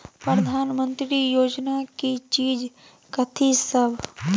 प्रधानमंत्री योजना की चीज कथि सब?